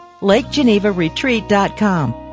LakeGenevaRetreat.com